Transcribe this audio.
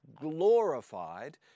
glorified